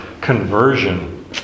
conversion